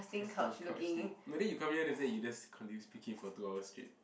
casting couch thing no then you come here then after that you just continue speaking for two hours straight